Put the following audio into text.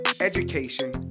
education